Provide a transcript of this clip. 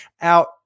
out